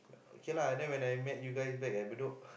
okay lah then when I met you guys back at Bedok